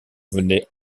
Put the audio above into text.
venait